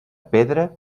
pedra